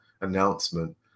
announcement